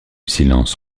silence